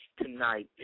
tonight